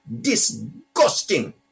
disgusting